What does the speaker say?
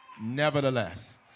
nevertheless